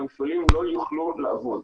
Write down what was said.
המפעלים לא יוכלו לעבוד.